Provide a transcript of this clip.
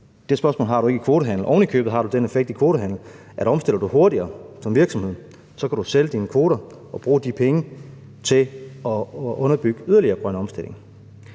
Det spørgsmål har du ikke i kvotehandel. Ovenikøbet har det den effekt i kvotehandel, at omstiller du hurtigere som virksomhed, kan du sælge dine kvoter og bruge de penge til yderligere at underbygge en omstilling.